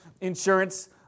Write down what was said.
insurance